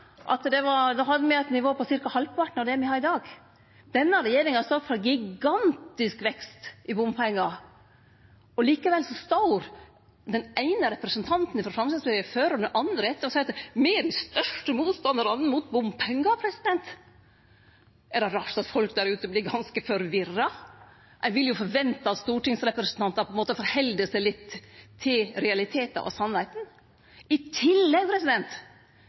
partiet hennar var med på i regjering. Det er forskjellen på Senterpartiet og Framstegspartiet. Senterpartiet har alltid teke ansvar for det, men hugs på at då hadde me eit nivå på ca. halvparten av det ein har i dag. Denne regjeringa står for ein gigantisk vekst i bompengar. Likevel står den eine representanten frå Framstegspartiet etter den andre og seier at dei er dei største motstandarane mot bompengar. Er det rart at folk der ute vert ganske forvirra? Ein vil jo forvente at stortingsrepresentantar forheld seg litt til realitetar og